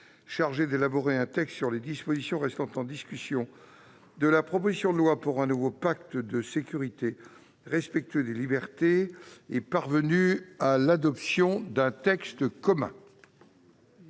chargée d'élaborer un texte sur les dispositions restant en discussion de la proposition de loi pour un nouveau pacte de sécurité respectueux des libertés est parvenue à l'adoption d'un texte commun.